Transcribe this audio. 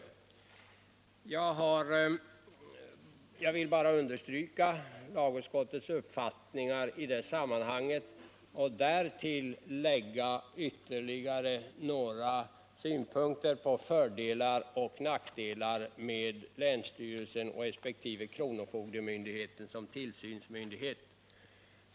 Jag vill bara understryka lagutskottets uppfattning i detta sammanhang och därtill lägga ytterligare några synpunkter om fördelar och nackdelar med länsstyrelsen resp. kronofogdemyndigheten som tillsynsmyndighet.